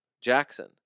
Jackson